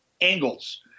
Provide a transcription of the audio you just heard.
angles